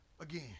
again